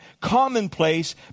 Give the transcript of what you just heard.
commonplace